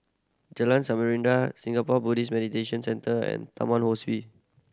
Jalan Samarinda Singapore Buddhist Meditation Centre and Taman Ho Swee